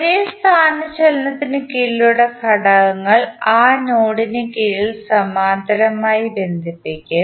ഒരേ സ്ഥാനചലനത്തിന് കീഴിലുള്ള ഘടകങ്ങൾ ആ നോഡിന് കീഴിൽ സമാന്തരമായി ബന്ധിപ്പിക്കും